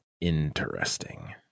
interesting